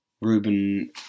Ruben